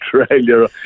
Australia